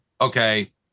okay